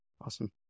Awesome